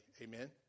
Amen